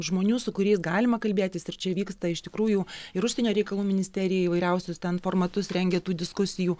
žmonių su kuriais galima kalbėtis ir čia įvyksta iš tikrųjų ir užsienio reikalų ministerija įvairiausius ten formatus rengia tų diskusijų